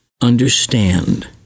understand